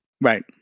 Right